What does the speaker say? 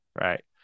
right